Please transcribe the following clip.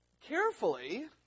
carefully